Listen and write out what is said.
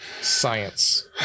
Science